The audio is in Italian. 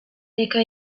reca